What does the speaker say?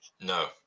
No